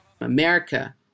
America